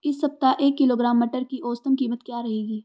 इस सप्ताह एक किलोग्राम मटर की औसतन कीमत क्या रहेगी?